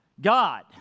God